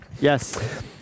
Yes